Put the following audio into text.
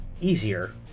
easier